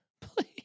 please